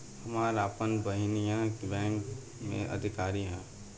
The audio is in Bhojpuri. हमार आपन बहिनीई बैक में अधिकारी हिअ